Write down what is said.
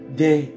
day